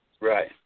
Right